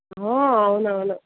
ఓ అవునవును